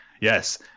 Yes